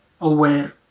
aware